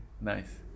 Nice